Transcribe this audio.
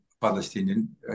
Palestinian